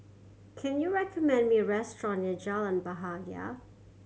can you recommend me a restaurant near Jalan Bahagia